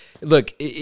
look